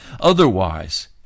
otherwise